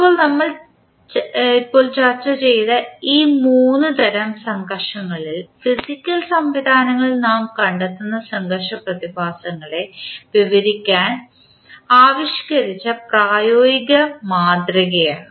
ഇപ്പോൾ നമ്മൾ ഇപ്പോൾ ചർച്ച ചെയ്ത ഈ മൂന്ന് തരം സംഘർഷങ്ങൾ ഫിസിക്കൽ സംവിധാനങ്ങളിൽ നാം കണ്ടെത്തുന്ന സംഘർഷ പ്രതിഭാസങ്ങളെ വിവരിക്കാൻ ആവിഷ്കരിച്ച പ്രായോഗിക മാതൃകയാണ്